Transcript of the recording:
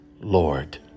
Lord